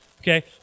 Okay